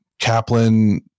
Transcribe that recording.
Kaplan